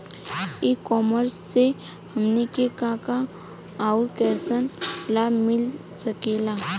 E commerce से हमनी के का का अउर कइसन लाभ मिल सकेला?